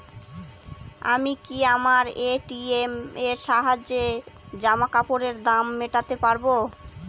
আমি কি আমার এ.টি.এম এর সাহায্যে জামাকাপরের দাম মেটাতে পারব?